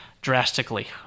drastically